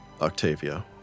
Octavia